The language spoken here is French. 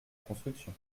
construction